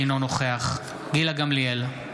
אינו נוכח גילה גמליאל,